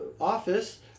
office